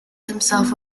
himself